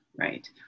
right